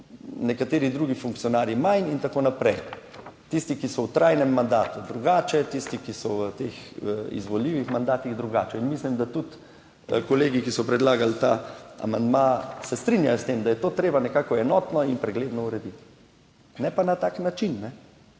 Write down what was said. nekateri drugi funkcionarji manj in tako naprej. Tisti, ki so v trajnem mandatu drugače, tisti, ki so v teh izvoljivih mandatih drugače. In mislim, da tudi kolegi, ki so predlagali ta amandma, se strinjajo s tem, da je to treba nekako enotno in pregledno urediti, ne pa na tak način. Ker